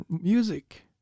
music